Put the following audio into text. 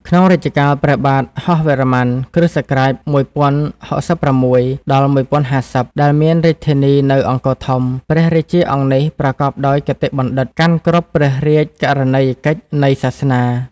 ក្នុងរជ្ជកាលព្រះបាទហស៌វរ្ម័ន (គ.ស ១០៦៦-១០៥០) ដែលមានរាជធានីនៅ អង្គរធំ ព្រះរាជាអង្គនេះប្រកបដោយគតិបណ្ឌិត កាន់គ្រប់ព្រះរាជករណីយកិច្ចនៃសាសនា។